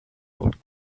old